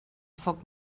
foc